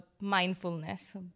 mindfulness